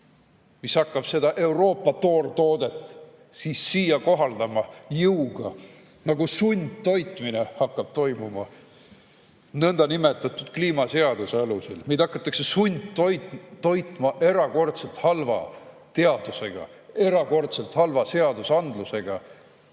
mis hakkab seda Euroopa toortoodet siia kohaldama, jõuga. Nagu sundtoitmine hakkab toimuma nõndanimetatud kliimaseaduse alusel. Meid hakatakse sundtoitma erakordselt halva teadusega, erakordselt halva seadusandlusega,